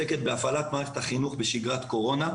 (הצגת מצגת) התוכנית עוסקת בהפעלת מערכת החינוך בשגרת קורונה,